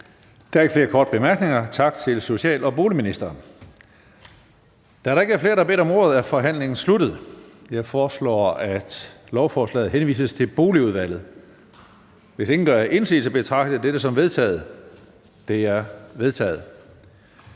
Der er ikke flere korte bemærkninger. Tak til social- og boligministeren. Da der ikke er flere, der har bedt om ordet, er forhandlingen sluttet. Jeg foreslår, at lovforslaget henvises til Boligudvalget. Hvis ingen gør indsigelse, betragter jeg dette som vedtaget. Det er vedtaget.